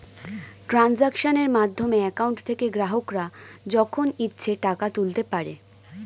ট্রানজাক্শনের মাধ্যমে অ্যাকাউন্ট থেকে গ্রাহকরা যখন ইচ্ছে টাকা তুলতে পারে